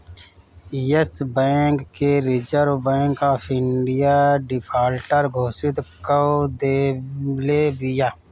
एश bank के reserve bank of India defaulter घोषित कअ देले बिया